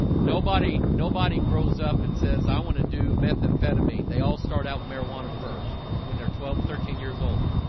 nobody nobody grows up and says i want to do methamphetamine. they all start start out with marijuana first when they're twelve thirteen years old